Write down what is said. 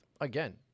again